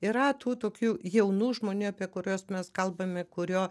yra tų tokių jaunų žmonių apie kuriuos mes kalbame kurio